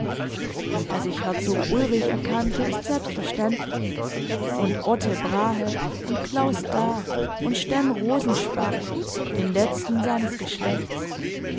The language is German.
daß ich herzog ulrich erkannte ist selbstverständlich und otte brahe und claus daa und sten rosensparre den letzten seines geschlechts